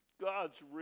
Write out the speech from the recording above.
God's